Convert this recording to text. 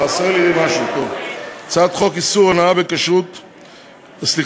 חסר לי פה משהו הצעת חוק הונאה בכשרות, סליחה.